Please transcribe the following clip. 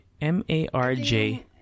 M-A-R-J